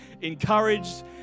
encouraged